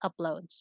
uploads